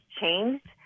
changed